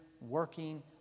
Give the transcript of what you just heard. working